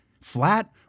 Flat